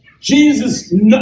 Jesus